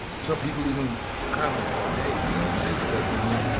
some people even comment hey, you got a knife stuck in you.